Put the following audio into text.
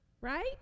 Right